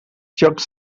jocs